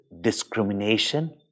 discrimination